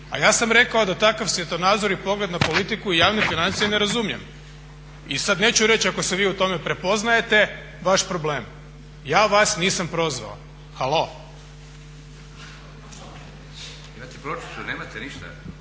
A ja sam rekao da takav svjetonazor i pogled na politiku i javne financije ne razumijem. I sad neću reći ako se vi u tome prepoznajte vaš problem. Ja vas nisam prozvao, halo. **Leko, Josip